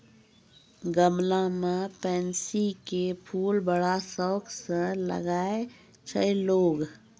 गमला मॅ पैन्सी के फूल बड़ा शौक स लगाय छै लोगॅ